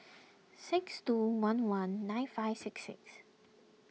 six two one one nine five six six